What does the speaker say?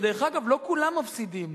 ודרך אגב, לא כולם מפסידים.